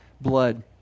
blood